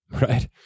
right